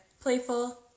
playful